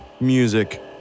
music